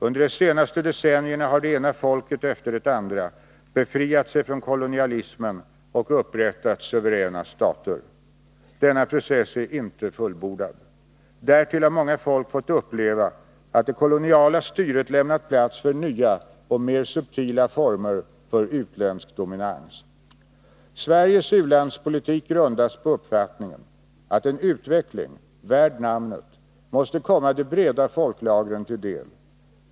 Under de senaste decennierna har det ena folket efter det andra befriat sig från kolonialismen och upprättat suveräna stater. Denna process är inte fullbordad. Därtill har många folk fått uppleva att det koloniala styret lämnat plats för nya och mer subtila former för utländsk dominas. Sveriges u-landspolitik grundas på uppfattningen att en utveckling värd namnet måste komma de breda folklagren till del.